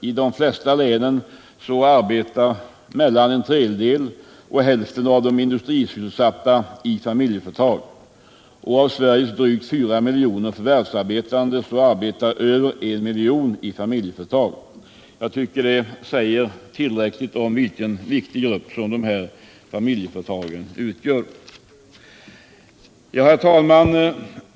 I de flesta län arbetar mellan en tredjedel och hälften av de industrisysselsatta i familjeföretag. Och av Sveriges drygt 4 miljoner förvärvsarbetande arbetar över 1 miljon i familjeföretag. Jag tycker att detta säger något om vilken viktig grupp familjeföretagen utgör. Herr talman!